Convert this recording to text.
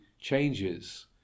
changes